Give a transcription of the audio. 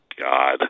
God